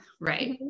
right